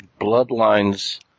Bloodlines